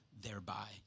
Thereby